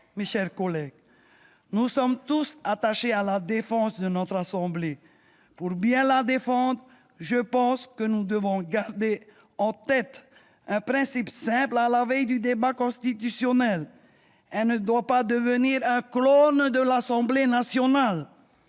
Mes chers collègues, nous sommes tous attachés à la défense de notre assemblée. Pour bien la défendre, nous devons garder en tête un principe simple à la veille du débat constitutionnel : elle ne doit pas devenir un clone de l'Assemblée nationale.